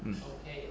mm